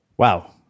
Wow